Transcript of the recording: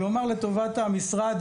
אני אומר לטובת המשרד,